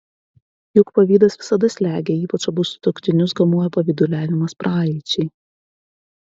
juk pavydas visada slegia ypač abu sutuoktinius kamuoja pavyduliavimas praeičiai